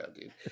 dude